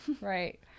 right